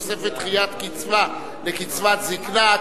תוספת דחיית קצבה לקצבת זיקנה),